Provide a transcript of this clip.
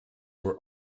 were